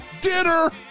dinner